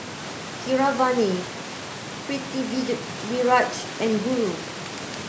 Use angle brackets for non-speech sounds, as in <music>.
Keeravani <unintelligible> and Guru